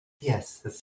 Yes